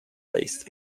based